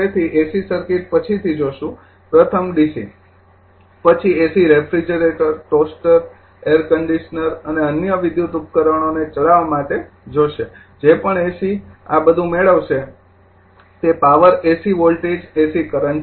તેથી AC circuit પછીથી જોશું પ્રથમ ડીસી પછી AC refrigerator toaster air conditioner અને અન્ય ઇલેક્ટ્રિકલ ઉપકરણોને ચલાવવા માટે જોશે જે પણ એસી આ બધું મેળવશે તે AC power AC voltage AC current છે